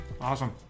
awesome